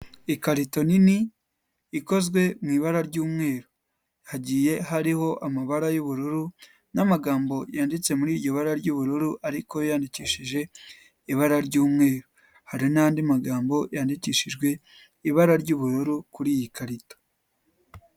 Ikarito nini ikozwe mu ibara ry'umweru, hagiye hariho amabara y'ubururu n'amagambo yanditse muri iryo bara ry'ubururu ariko yo yandikishije ibara ry'umweru, hari n'andi magambo yandikishijwe ibara ry'ubururu kuri iyi karito.